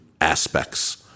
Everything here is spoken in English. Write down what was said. aspects